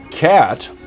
cat